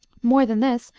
more than this,